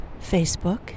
Facebook